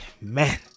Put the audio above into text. man